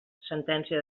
sentència